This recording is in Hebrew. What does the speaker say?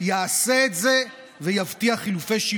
מי שאחראי הוא אדם שהוא הפכפך בראשו,